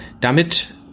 damit